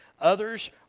Others